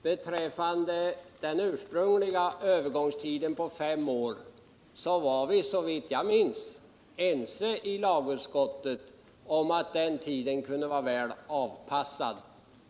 Beträffande den ursprungliga övergångstiden på fem år var vi, såvitt jag minns, ense i lagutskottet om att den tiden kunde anses vara väl avpassad.